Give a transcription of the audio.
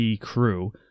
crew